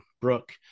brooke